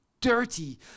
dirty